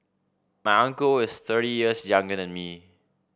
my uncle is thirty years younger than me